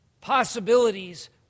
Possibilities